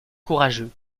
courageux